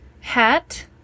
hat